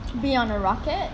be on a rocket